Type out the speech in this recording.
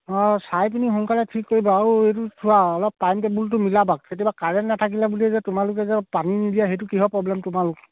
অঁ চাই পিনি সোনকালে ঠিক কৰিবা আৰু এইটো চোৱা অলপ টাইম টেবুলটো মিলাবা কেতিয়াবা কাৰেণ্ট নাথাকিলে বুলিয়ে যে তোমালোকে যে পানী নিদিয়া সেইটো কিহৰ প্ৰব্লেম তোমালোক